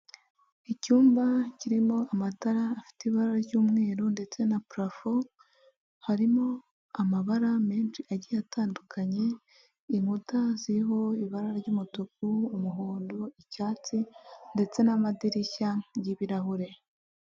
Icyumba kirimo amatara afite ibara ry'umweru ndetse na purafo, harimo amabara menshi agiye atandukanye, inkuta ziriho ibara ry'umutuku, umuhondo, icyatsi ndetse n'amadirishya y'ibirahure.